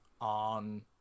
on